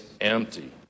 empty